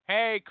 Hey